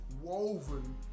woven